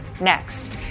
next